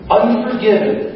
unforgiven